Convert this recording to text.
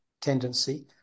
tendency